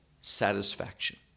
satisfaction